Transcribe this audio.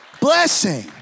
blessing